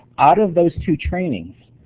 out of those two trainings,